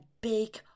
big